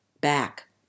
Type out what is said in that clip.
back